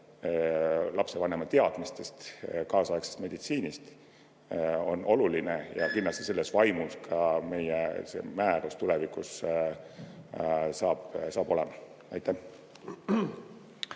lapsevanema teadmistest kaasaegse meditsiini kohta, on oluline ja kindlasti selles vaimus ka meie määrus tulevikus saab olema. Kert